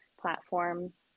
platforms